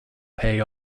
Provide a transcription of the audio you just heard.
pay